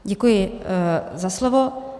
Děkuji za slovo.